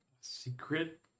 secret